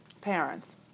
Parents